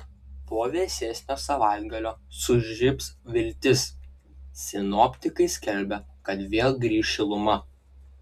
po vėsesnio savaitgalio sužibs viltis sinoptikai skelbia kada vėl grįš šiluma